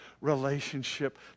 relationship